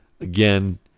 Again